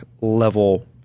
level